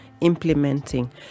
implementing